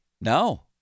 No